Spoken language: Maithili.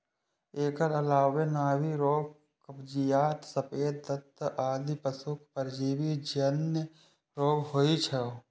एकर अलावे नाभि रोग, कब्जियत, सफेद दस्त आदि पशुक परजीवी जन्य रोग होइ छै